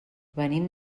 venim